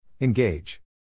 Engage